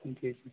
جی